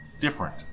different